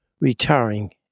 retiring